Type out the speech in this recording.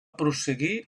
prosseguir